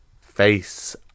face